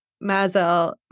Mazel